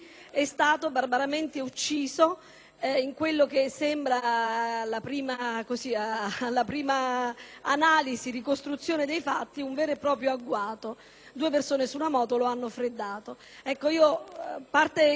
in quello che sembra, alla prima ricostruzione dei fatti, un vero e proprio agguato. Due persone su una moto lo hanno freddato.